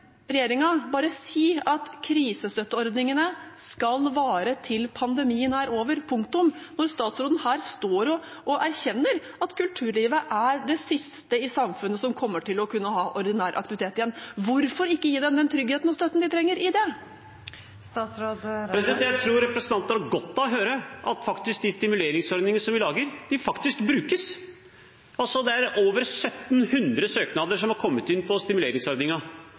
bare si at krisestøtteordningene skal vare til pandemien er over – punktum – når statsråden står her og erkjenner at kulturlivet er det siste i samfunnet som kommer til å kunne ha ordinær aktivitet igjen? Hvorfor ikke gi dem den tryggheten og støtten de trenger i det? Jeg tror representanten har godt av å høre at de stimuleringsordningene vi lager, faktisk brukes. Det har altså kommet inn over 1 700 søknader til stimuleringsordningen. Hva vil representanten svare til alle dem som faktisk har